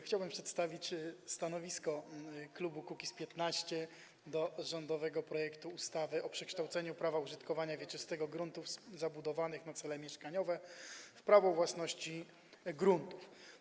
Chciałbym przedstawić stanowisko klubu Kukiz’15 w sprawie rządowego projektu ustawy o przekształceniu prawa użytkowania wieczystego gruntów zabudowanych na cele mieszkaniowe w prawo własności gruntów.